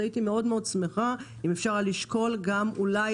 הייתי מאוד שמחה אם אפשר היה לשקול אולי